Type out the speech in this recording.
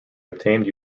obtained